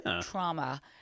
trauma